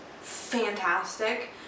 fantastic